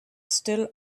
still